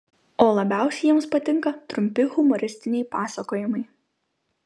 o labiausiai jiems patinka trumpi humoristiniai pasakojimai